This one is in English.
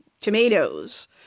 tomatoes